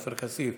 עופר כסיף,